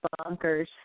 bonkers